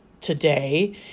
today